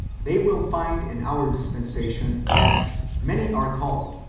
they will find in our dispensation, that many are called,